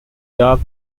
dark